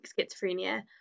schizophrenia